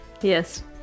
Yes